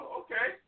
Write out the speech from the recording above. okay